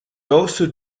also